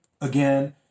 again